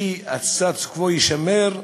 שהסטטוס-קוו יישמר,